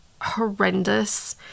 horrendous